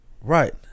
Right